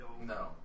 No